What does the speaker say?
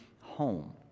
home